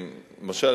למשל,